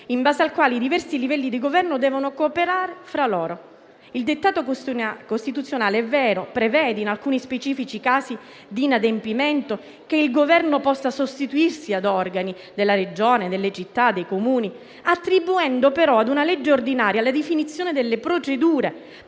in base al quale i diversi livelli di Governo devono cooperare fra loro. È vero, il dettato costituzionale, in alcuni specifici casi di inadempimento, prevede che il Governo possa sostituirsi ad organi della Regione e dei Comuni, attribuendo però a una legge ordinaria la definizione delle procedure,